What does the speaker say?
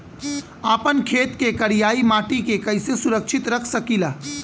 आपन खेत के करियाई माटी के कइसे सुरक्षित रख सकी ला?